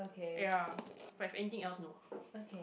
ya but if anything else no